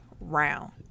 round